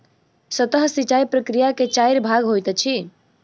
सतह सिचाई प्रकिया के चाइर भाग होइत अछि